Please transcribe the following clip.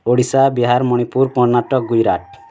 Odisha Bihar Manipur Karnataka Gujarat